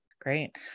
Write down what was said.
Great